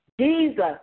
Jesus